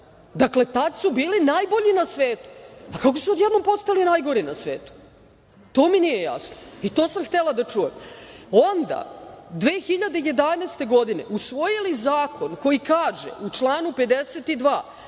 i tada su bili najbolji na svetu. Kako su odjednom postali najgori na svetu, to mi nije jasno i to sam htela da čujem. Onda, 2011. godine, usvojili ste zakon koji kaže, u članu 52